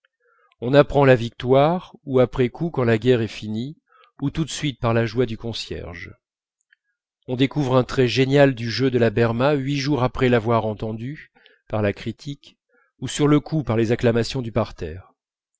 on apprend la victoire ou après coup quand la guerre est finie ou tout de suite par la joie du concierge on découvre un trait génial du jeu de la berma huit jours après l'avoir entendue par la critique ou sur le coup par les acclamations du parterre